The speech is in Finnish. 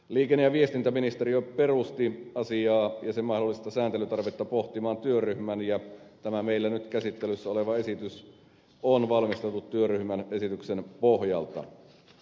liikenne ja viestintäministeriö perusti asiaa ja sen mahdollista sääntelytarvetta pohtimaan työryhmän ja tämä meillä nyt käsittelyssä oleva esitys on valmisteltu työryhmän esityksen pohjalta